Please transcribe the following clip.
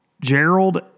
Gerald